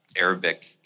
Arabic